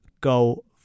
go